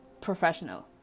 professional